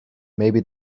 maybe